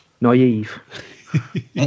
Naive